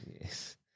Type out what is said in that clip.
Yes